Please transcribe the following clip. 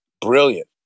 brilliant